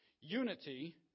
unity